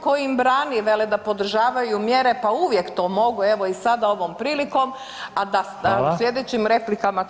Tko im brani vele da podržavaju mjere, pa uvijek to mogu, evo i sada ovom prilikom, a da [[Upadica: Hvala.]] u slijedećim replikama ću još.